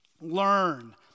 Learn